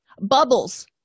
Bubbles